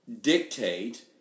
dictate